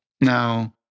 Now